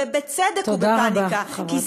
ובצדק הוא בפאניקה,